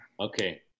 okay